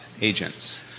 agents